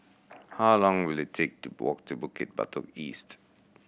how long will it take to walk to Bukit Batok East